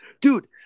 Dude